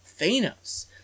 Thanos